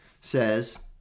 says